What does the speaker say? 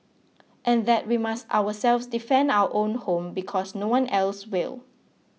and that we must ourselves defend our own home because no one else will